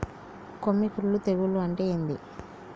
కొమ్మి కుల్లు తెగులు అంటే ఏంది?